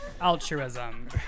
Altruism